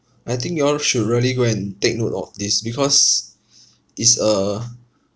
I think you all should really go and take note of this because it's a